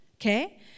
okay